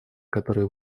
который